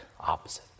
opposite